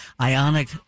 Ionic